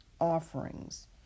offerings